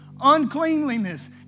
uncleanliness